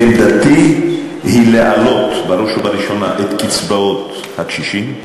עמדתי היא להעלות בראש ובראשונה את קצבאות הקשישים.